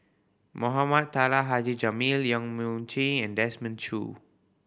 Mohamed Taha Haji Jamil Yong Mun Chee and Desmond Choo